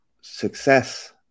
success